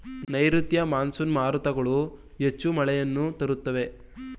ನೈರುತ್ಯ ಮಾನ್ಸೂನ್ ಮಾರುತಗಳು ಹೆಚ್ಚು ಮಳೆಯನ್ನು ತರುತ್ತವೆ